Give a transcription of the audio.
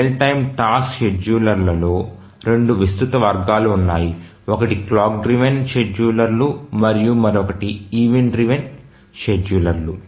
real time task షెడ్యూలర్లలో రెండు విస్తృత వర్గాలు ఉన్నాయి ఒకటి క్లాక్ డ్రివెన్ షెడ్యూలర్లు మరియు మరొకటి ఈవెంట్ డ్రివెన్ షెడ్యూలర్లు